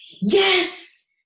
Yes